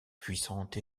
puissantes